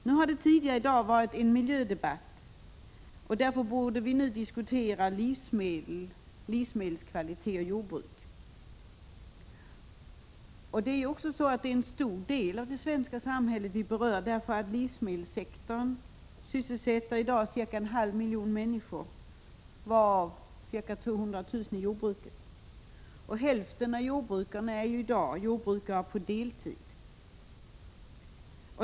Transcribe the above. Tidigare i dag har det förts en miljödebatt, och därför borde vi nu diskutera livsmedel, livsmedelskvalitet och jordbruk. Det berör också en stor del av det svenska samhället — livsmedelssektorn sysselsätter i dag cirka en halv miljon människor, varav ca 200 000 i jordbruket. Hälften av jordbrukarna är i dag jordbrukare på deltid.